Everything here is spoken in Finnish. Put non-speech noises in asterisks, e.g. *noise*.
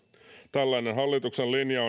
tällainen hallituksen linja *unintelligible*